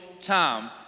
time